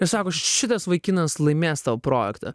ir sako š šitas vaikinas laimės tavo projektą